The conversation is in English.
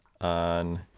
on